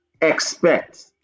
expect